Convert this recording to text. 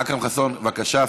אכרם חסון, בבקשה.